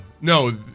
no